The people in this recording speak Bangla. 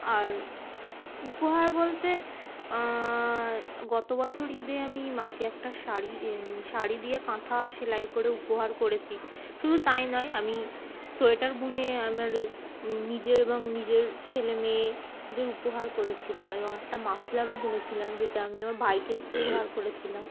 আর উপহার বলতে গত বছর ঈদে আমি মাকে একটা শাড়ি শাড়ি দিয়ে কাঁথা সেলাই করে উপহার করেছি শুধু তাই নয় আমি সোয়েটার বুনে আমার নিজের এবং নিজের ছেলে মেয়েদের উপহার করেছিলাম এবং একটা মফলারও বুনেছিলাম যেটা আমি আমার ভাইকে উপহার করেছিলাম